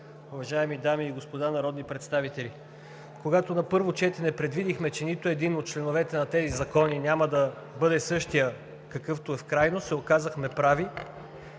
уважаеми дами и господа народни представители! Когато на първо четене предвидихме, че нито един от членовете на тези закони няма да бъде същият, какъвто е в крайност, се оказахме прави.